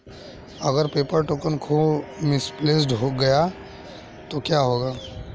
अगर paper token खो misplaced गया तो क्या होगा?